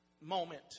moment